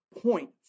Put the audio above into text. point